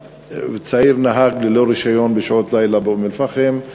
שצעיר נהג ללא רישיון בשעות לילה באום-אלפחם.